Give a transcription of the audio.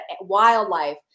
wildlife